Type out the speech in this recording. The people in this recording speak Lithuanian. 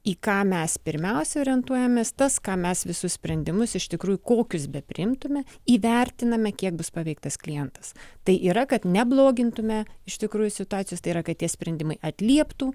į ką mes pirmiausia orientuojamės tas ką mes visus sprendimus iš tikrųjų kokius bepriimtume įvertiname kiek bus paveiktas klientas tai yra kad neblogintume iš tikrųjų situacijostai yra kad tie sprendimai atlieptų